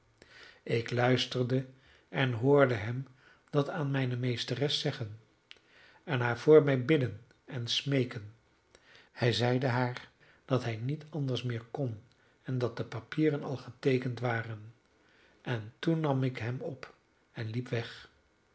ik luisterde en hoorde hem dat aan mijne meesteres zeggen en haar voor mij bidden en smeeken hij zeide haar dat hij niet anders meer kon en dat de papieren al geteekend waren en toen nam ik hem op en liep weg